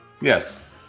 Yes